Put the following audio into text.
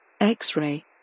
X-ray